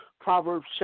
Proverbs